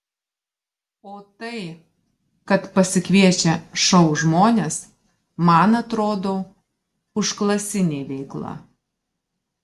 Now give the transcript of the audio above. o tai kad pasikviečia šou žmones man atrodo užklasinė veikla